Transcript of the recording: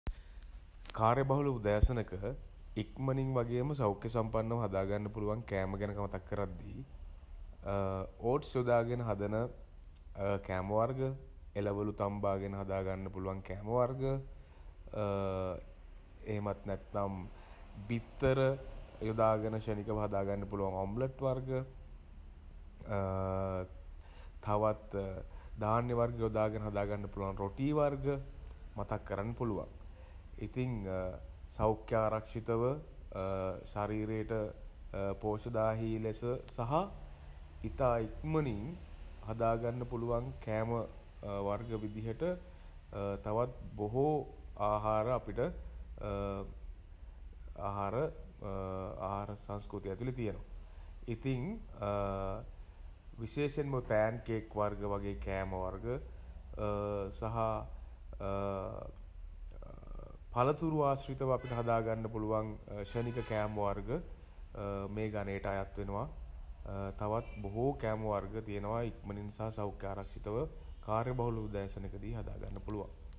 කාර්යබහුල උදෑසනක ඉක්මනින් වගේම සෞඛ්‍ය සම්පන්නව හදාගන්න පුළුවන් කෑම ගැන මතක් කරද්දි ඕට්ස් යොදාගෙන හදන කෑම වර්ග එළවළු තම්බාගෙන හදාගන්න පුළුවන් කෑම වර්ග එහෙමත් නැත්නම් බිත්තර යොදා ගෙන ක්ෂණිකව හදාගන්න පුළුවන් ඔම්ලට් වර්ග තවත් ධාන්‍ය වර්ග යොදාගෙන හදාගන්න පුළුවන් රෝටී වර්ග මතක් කරන්න පුළුවන්. ඉතින් සෞඛ්‍යාරක්ෂිතව ශරීරයට පෝෂ්‍යදායී ලෙස සහ ඉතා ඉක්මණින් හදාගන්න පුළුවන් කෑම වර්ග විදිහට තවත් බොහෝ ආහාර අපිට ආහාර ආහාර සංස්කෘතිය ඇතුලේ තියෙනවා. ඉතිං විශේෂයෙන්ම පෑන් කේක් වර්ග වගේ කෑම වර්ග සහ පලතුරු ආශ්‍රිතව අපිට හදාගන්න පුළුවන් ක්ෂණික කෑම වර්ග මේ ගණයට අයත් වෙනවා. තවත් බොහෝ කෑම වර්ග තියෙනවා ඉක්මනින් සහ සෞඛ්‍යාරක්ෂිතව කාර්යබහුල උදෑසනකදී හදා ගන්න පුළුවන්.